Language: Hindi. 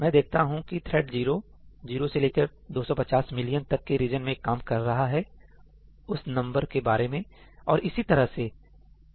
मैं देखता हूं की थ्रेड 0 0 से लेकर 250 मिलियन तक के रीजन में काम कर रहा है उस नंबर के बारे में और इसी तरह से ठीक है